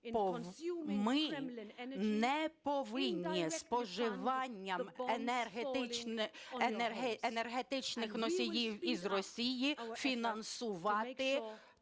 ми не повинні споживанням енергетичних носіїв із Росії фінансувати